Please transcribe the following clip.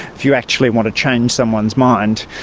if you actually want to change someone's mind,